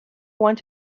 want